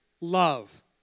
love